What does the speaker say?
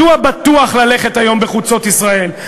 מדוע בטוח ללכת היום בחוצות ישראל?